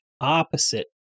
opposite